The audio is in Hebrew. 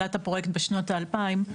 מתחילת הפרויקט בשנות ה-2000.